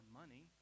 money